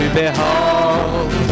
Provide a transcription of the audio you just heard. behold